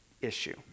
issue